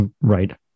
right